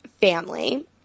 family